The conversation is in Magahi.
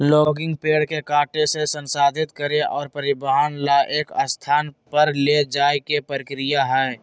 लॉगिंग पेड़ के काटे से, संसाधित करे और परिवहन ला एक स्थान पर ले जाये के प्रक्रिया हई